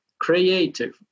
creative